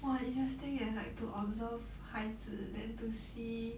!wah! interesting eh like to observe 孩子 then to see